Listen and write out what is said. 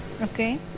Okay